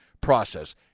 process